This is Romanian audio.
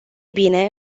bine